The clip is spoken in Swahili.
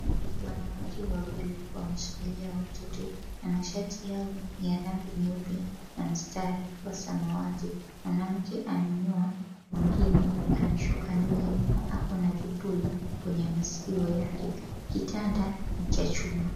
Wanawake wawili wameshikilia watoto, na mashati yao ya rangi nyeupe na mstari wa samawati. Mwanamke amenyoa, mwingine ameshuka nywele na ako na vipuli kwenye masikio yake. Kitanda ni cha chuma.